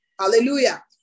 Hallelujah